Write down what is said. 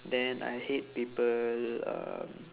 then I hate people um